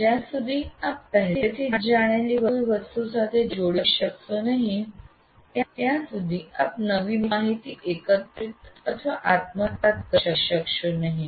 જ્યાં સુધી આપ પહેલેથી જ જાણેલી કોઈ વસ્તુ સાથે જોડી શકશો નહીં ત્યાં સુધી આપ નવી માહિતી એકત્રિત અથવા આત્મસાત કરી શકશો નહીં